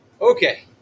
Okay